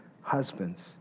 husbands